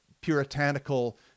puritanical